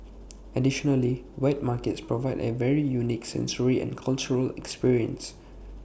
additionally wet markets provide A very unique sensory and cultural experience